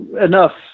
enough